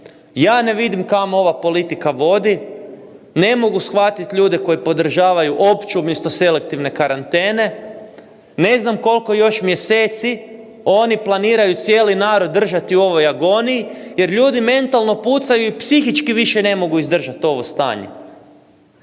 Ja ne vidim kamo ova politika vodi, ne mogu shvatiti ljude koji podržavaju opću umjesto selektivne karantene. Ne znam koliko još mjeseci oni planiraju cijeli narod držati u ovoj agoniji jer ljudi mentalno pucaju i psihički više ne mogu izdržati ovo stanje.